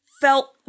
felt